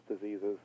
diseases